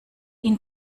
ihn